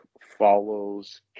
follows